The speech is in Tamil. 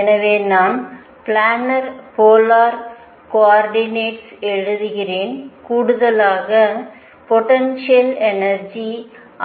எனவே நான் பிளானர் போலார் கோஆா்டினட்ஸ் எழுதுகிறேன் கூடுதலாக போடென்டில் எனர்ஜி